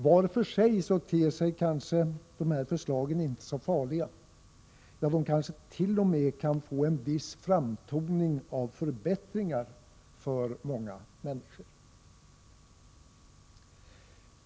Var för sig ter sig kanske dessa förslag inte så farliga, ja, de kanske t.o.m. kan få en viss framtoning av förbättringar för många människor.